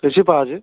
कशी पाहिजे